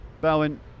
Bowen